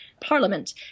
parliament